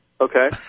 Okay